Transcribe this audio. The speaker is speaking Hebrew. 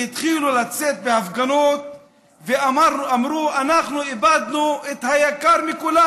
והתחילו לצאת בהפגנות ואמרו: אנחנו איבדנו את היקר מכול,